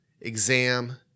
exam